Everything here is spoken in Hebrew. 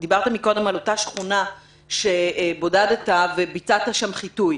דיברת קודם על אותה שכונה שבודדת וביצעת שם חיטוי.